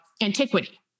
antiquity